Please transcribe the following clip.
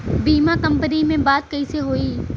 बीमा कंपनी में बात कइसे होई?